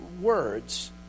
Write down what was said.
words